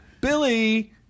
Billy